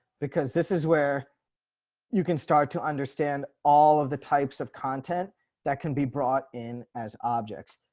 because this is where you can start to understand all of the types of content that can be brought in as objects.